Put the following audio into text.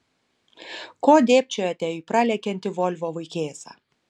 ko dėbčiojate į pralekiantį volvo vaikėzą